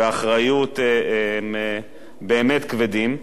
והאחריות באמת כבדים.